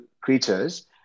creatures